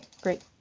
great